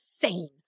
insane